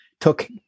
took